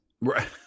Right